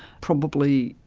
probably,